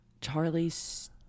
Charlie's